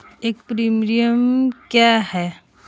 एक प्रीमियम क्या है?